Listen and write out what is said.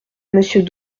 monsieur